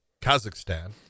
Kazakhstan